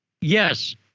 yes